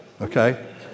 okay